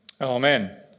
Amen